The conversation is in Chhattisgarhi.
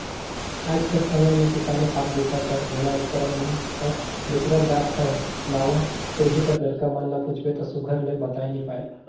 आएज कर समे मे किसानी काम बूता कर जूना उपकरन मन हर बिसरत जात अहे नावा पीढ़ी कर लरिका मन ल पूछबे ता सुग्घर ले बताए नी पाए